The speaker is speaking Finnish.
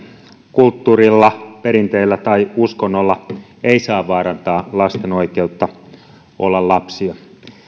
kulttuurilla perinteillä tai uskonnolla ei saa vaarantaa lasten oikeutta olla lapsia